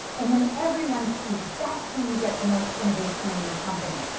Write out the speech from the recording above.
and when everyone speaks that's when you get the most innovation in your company.